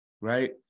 right